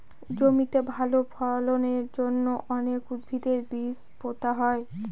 জমিতে ভালো ফলনের জন্য অনেক উদ্ভিদের বীজ পোতা হয়